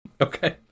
Okay